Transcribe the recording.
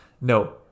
no